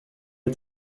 est